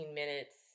minutes